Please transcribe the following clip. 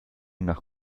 nach